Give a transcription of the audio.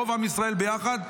רוב עם ישראל ביחד.